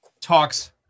talks